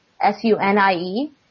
S-U-N-I-E